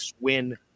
win